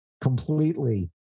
completely